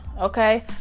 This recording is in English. okay